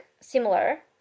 similar